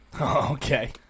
Okay